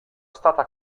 stata